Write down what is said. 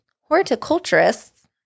horticulturists